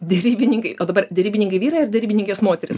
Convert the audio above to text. derybininkai o dabar derybininkai vyrai ar derybininkės moterys